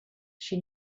she